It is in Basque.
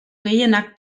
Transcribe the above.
gehienak